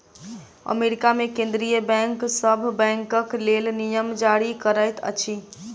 America मे केंद्रीय bank सभ बैंकक लेल नियम जारी करैत अछि